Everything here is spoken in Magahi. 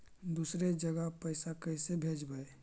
दुसरे जगह पैसा कैसे भेजबै?